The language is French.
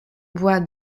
bois